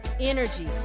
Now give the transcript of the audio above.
energy